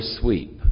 sweep